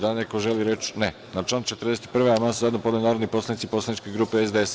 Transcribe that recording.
Da li neko želi reč? (Ne) Na član 41. amandman su zajedno podneli narodni poslanici poslaničke grupe SDS.